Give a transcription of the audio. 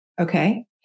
okay